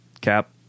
cap